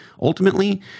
Ultimately